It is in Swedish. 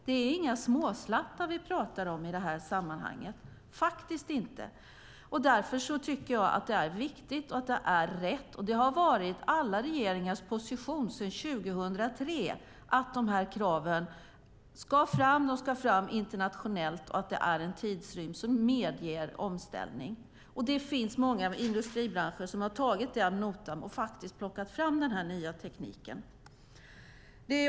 Det är inga småslattar vi talar om i detta sammanhang, faktiskt inte. Därför tycker jag att det är viktigt och rätt - och det har varit alla regeringars position sedan 2003 - att dessa krav ska fram. De ska fram internationellt, och det ska vara en tidsrymd som medger omställning. Det finns många i industribranschen som har tagit det ad notam och faktiskt plockat fram den nya tekniken.